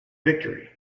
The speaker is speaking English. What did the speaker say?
victory